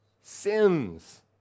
sins